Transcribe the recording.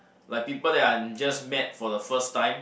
like people that I just met for the first time